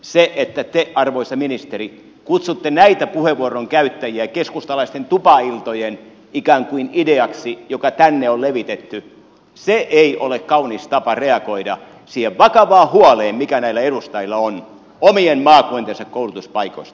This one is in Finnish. se että te arvoisa ministeri kutsutte näiden puheenvuoron käyttäjien viestiä ikään kuin keskustalaisten tupailtojen ideaksi joka tänne on levitetty se ei ole kaunis tapa reagoida siihen vakavaan huoleen mikä näillä edustajilla on omien maakuntiensa koulutuspaikoista